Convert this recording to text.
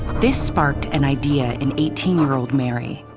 this sparked an idea in eighteen year old mary.